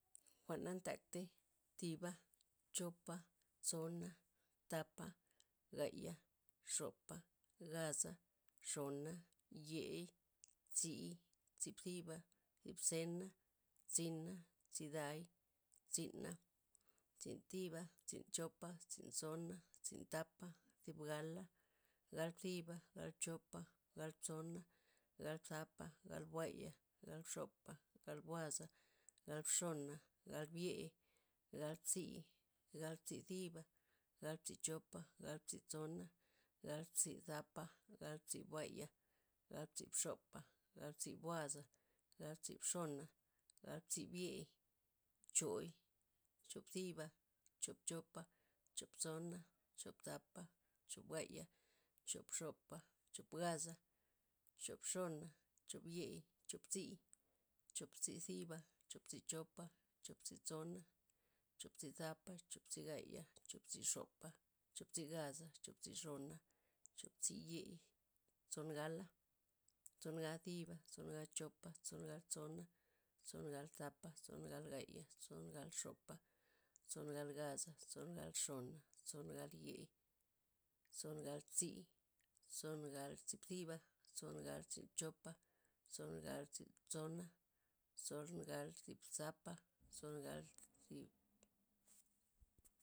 Jwa'n na nthaktei thiba chopa tsona thapa gaya xopa gaza xona yei tzi tzi thiba thib zena tzina tziday tzi'na' tzin thiba tzin chopa tzin tsona tzin thapa tzib gala gal tziba gal chopa gal tsona gal thapa gal buaya gal xopa gal bugaza gal xona gal biey gal tzii gal tzii thiba gal tzii chopa gal tzii tsona gal tzii thapa gal tzii buaya gal tzii xopa gal tzii buaza gal tzii bxona gal tzii biey chooi choop bziba choop chopa choop tsona choop thapa choop buaya choop xopa choop gaza choop xona choop yei choop tzii choop tzii tziba choop tzii chopa choop tzii tsona choop tzii thapa choop tzii gaya choop tzii xopa choop tzii gaza choop tzii xona choop tzii yei tson gala tson gal nzo ziba tson gal nzo chopa tson gal nzo tsona tson gal nzo thapa tson gal nzo gaya tson gal nzo xopa tson gal nzo gaza tson gal nzo xona tson gal nzo yei tson gal nzo tzii tson gal nzo tzii tziba tson gal nzo tzii chopa tson gal nzo tzii tsona tson gal nzo tzii thapa tson gal nzo tzii